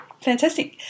Fantastic